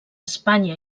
espanya